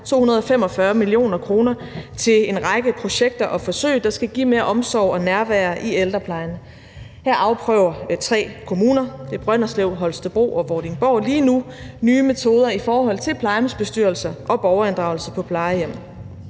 245 mio. kr. til en række projekter og forsøg, der skal give mere omsorg og nærvær i ældreplejen. Her afprøver tre kommuner – det er Brønderslev, Holstebro og Vordingborg – lige nu nye metoder i forhold til plejehjemsbestyrelser og borgerinddragelse på plejehjemmene.